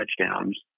touchdowns